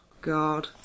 god